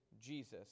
Jesus